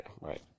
right